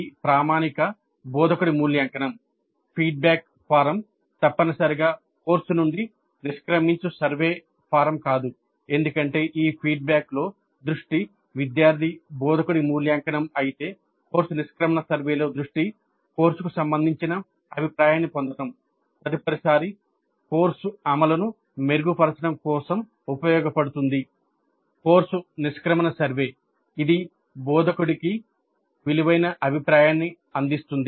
ఈ ప్రామాణిక బోధకుడి మూల్యాంకనం ఫీడ్బ్యాక్ ఫారమ్ తప్పనిసరిగా కోర్సు నుండి నిష్క్రమించు సర్వే ఫారమ్ కాదు ఎందుకంటే ఈ ఫీడ్బ్యాక్లో దృష్టి విద్యార్థి బోధకుడి మూల్యాంకనం అయితే కోర్సు నిష్క్రమణ సర్వేలో దృష్టి కోర్సుకు సంబంధించిన అభిప్రాయాన్ని పొందడం తదుపరి సారి కోర్సు అమలును మెరుగుపరచడం కోసం ఉపయోగపడుతుంది కోర్సు నిష్క్రమణ సర్వే ఇది బోధకుడికి విలువైన అభిప్రాయాన్ని అందిస్తుంది